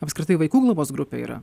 apskritai vaikų globos grupė yra